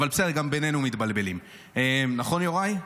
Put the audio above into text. אבל בסדר, גם בינינו מתבלבלים, נכון, יוראי?